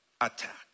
Attack